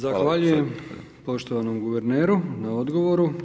Zahvaljujem poštovanom guverneru na odgovoru.